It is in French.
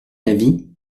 avis